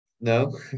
No